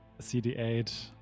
CD8